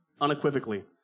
unequivocally